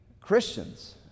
Christians